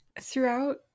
Throughout